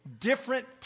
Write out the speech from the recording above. different